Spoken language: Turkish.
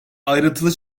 ayrıntılı